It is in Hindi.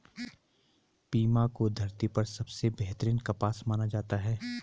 पीमा को धरती पर सबसे बेहतरीन कपास माना जाता है